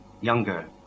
younger